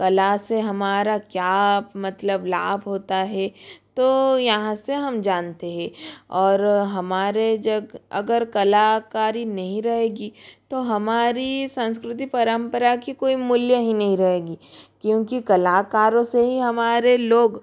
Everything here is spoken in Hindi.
कला से हमारा क्या मतलब लाभ होता है तो यहाँ से हम जानते हैं और हमारे अगर कलाकारी नहीं रहेगी तो हमारी संस्कृति परंपरा की कोई मूल्य ही नहीं रहेगी क्योंकि कलाकारों से ही हमारे लोग